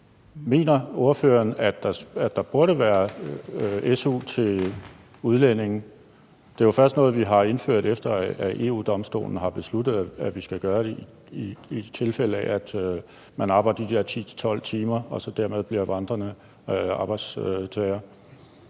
Mener ordføreren, at der burde være su til udlændinge? Det er jo først noget, vi har indført, efter EU-Domstolen har besluttet, at vi skal gøre det, i tilfælde af man arbejder de der 10-12 timer og så dermed bliver vandrende arbejdstager.